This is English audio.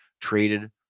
Traded